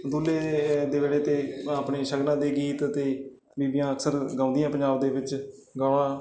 ਦੂਲੇ ਦੇ ਵੇਹੜੇ 'ਤੇ ਆਪਣੀ ਸ਼ਗਨਾਂ ਦੇ ਗੀਤ ਤਾਂ ਬੀਬੀਆਂ ਅਕਸਰ ਗਾਉਂਦੀਆਂ ਪੰਜਾਬ ਦੇ ਵਿੱਚ ਗਾਉਣਾ